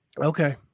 Okay